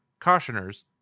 cautioners